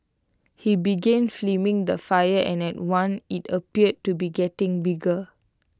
he began filming the fire and at one IT appeared to be getting bigger